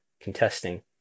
contesting